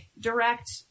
direct